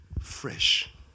Fresh